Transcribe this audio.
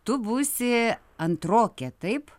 tu būsi antrokė taip